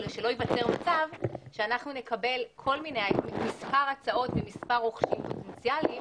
שלא ייווצר מצב שאנחנו נקבל מספר הצעות ממספר רוכשים פוטנציאליים